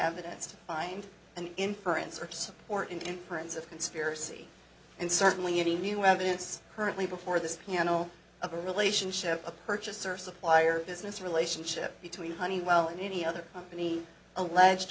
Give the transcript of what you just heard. evidence to find an inference or support in terms of conspiracy and certainly any new evidence currently before this panel of a relationship a purchaser supplier business relationship between honeywell and any other company alleged